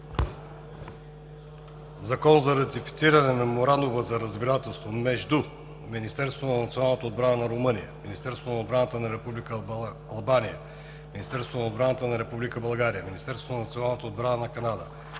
за ратифициране на Меморандума за разбирателство между Министерството на националната отбрана на Румъния, Министерството на отбраната на Република Албания, Министерството на отбраната на Република България, Министерството на националната отбрана на Канада,